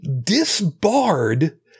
disbarred